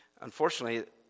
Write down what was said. unfortunately